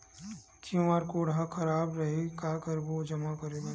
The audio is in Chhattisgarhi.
क्यू.आर कोड हा खराब रही का करबो जमा बर?